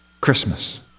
Christmas